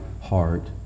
heart